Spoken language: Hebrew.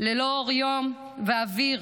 ללא אור יום ואוויר,